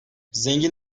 zengin